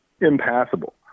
impassable